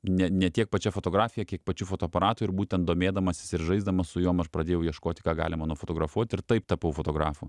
ne ne tiek pačia fotografija kiek pačiu fotoaparatu ir būtent domėdamasis ir žaisdamas su juo pradėjau ieškoti ką galima nufotografuot ir taip tapau fotografu